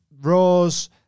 rose